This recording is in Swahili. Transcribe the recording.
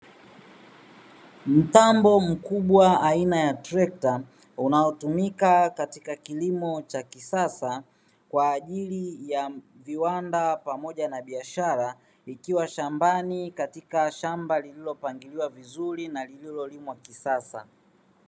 Mtambo mkubwa aina ya trekta; unaotumika katika kilimo cha kisasa kwa ajili ya viwanda pamoja na biashara, ikiwa shambani katika shamba lililopangiliwa vizuri na lililolimwa kisasa.